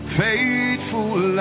faithful